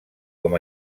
com